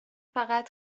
فقط